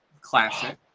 classic